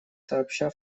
сообща